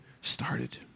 started